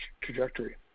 trajectory